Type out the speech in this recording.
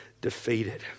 defeated